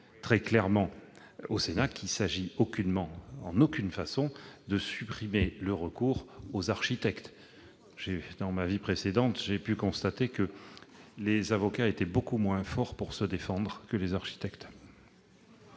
très clairement au Sénat qu'il ne s'agit aucunement de supprimer le recours aux architectes. Dans ma vie précédente, j'ai pu constater que les avocats étaient beaucoup moins forts pour se défendre que les architectes